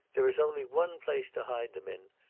there is only one place to hide them in,